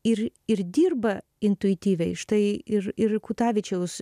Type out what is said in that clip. ir ir dirba intuityviai štai ir ir kutavičiaus